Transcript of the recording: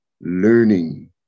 learning